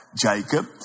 Jacob